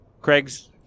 craig's